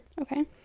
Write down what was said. Okay